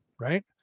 Right